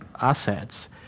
assets